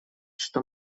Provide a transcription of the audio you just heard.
что